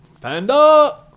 Panda